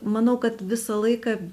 manau kad visą laiką